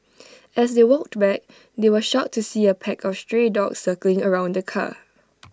as they walked back they were shocked to see A pack of stray dogs circling around the car